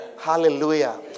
Hallelujah